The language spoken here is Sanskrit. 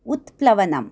उत्प्लवनम्